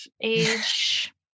age